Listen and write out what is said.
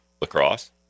Lacrosse